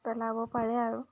পেলাব পাৰে আৰু